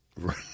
Right